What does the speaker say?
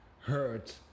hurt